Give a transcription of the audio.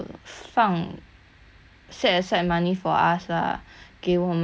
set aside money for us lah 给我们读书 go U